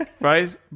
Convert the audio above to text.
right